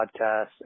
podcast